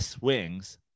wings